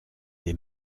des